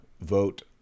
vote